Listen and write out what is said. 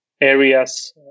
areas